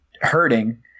hurting